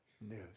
news